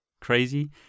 crazy